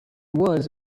was